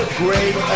great